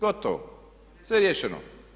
Gotovo, sve riješeno.